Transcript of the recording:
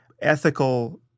ethical